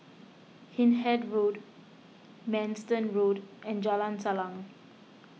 Hindhede Road Manston Road and Jalan Salang